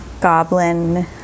Goblin